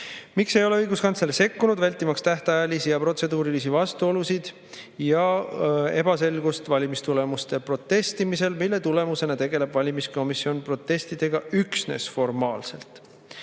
Miks ei ole õiguskantsler sekkunud, vältimaks tähtajalisi ja protseduurilisi vastuolusid ja ebaselgust valimistulemuste protestimisel, mille tulemusena tegeleb valimiskomisjon protestidega üksnes formaalselt?